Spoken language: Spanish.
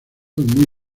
muy